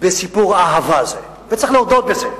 בסיפור האהבה הזה, וצריך להודות בזה.